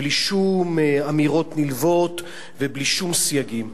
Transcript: בלי שום אמירות נלוות ובלי שום סייגים.